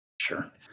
sure